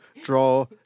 draw